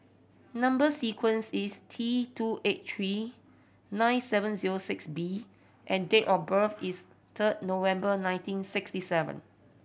number sequence is T two eight three nine seven zero six B and date of birth is third November nineteen sixty seven